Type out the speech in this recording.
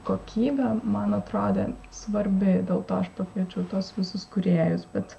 kokybė man atrodė svarbi dėl to aš pakviečiau tuos visus kūrėjus bet